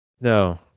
No